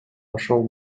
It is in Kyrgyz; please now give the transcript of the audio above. ошол